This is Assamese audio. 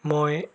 মই